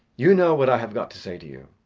you know what i have got to say to you.